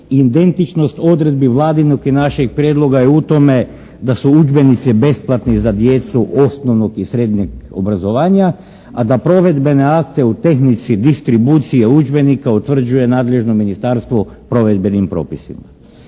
Identičnost odredbi vladinog i našeg prijedloga je u tome da su udžbenici besplatni za djecu osnovnog i srednjeg obrazovanja, a da provedbene akte u tehnici distribucije udžbenika utvrđuje nadležno ministarstvo provedbenim propisima.